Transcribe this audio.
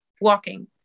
walking